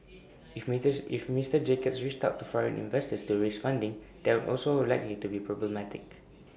if if Mister Jacobs reached out to foreign investors to raise funding that would also A likely to be problematic